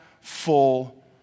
full